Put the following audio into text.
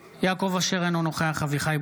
אינו נוכח יעקב אשר,